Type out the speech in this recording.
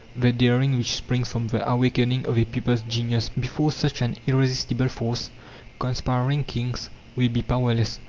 the daring which springs from the awakening of a people's genius. before such an irresistible force conspiring kings will be powerless.